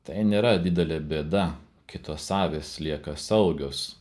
tai nėra didelė bėda kitos avys lieka saugios